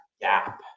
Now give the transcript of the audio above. gap